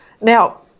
Now